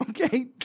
Okay